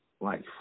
life